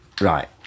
Right